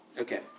Okay